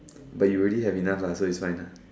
but you already have enough lah so it's fine lah